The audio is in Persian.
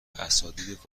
اساتید